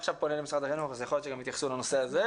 אני עכשיו פונה למשרד החינוך ויכול להיות שגם יתייחסו לנושא הזה.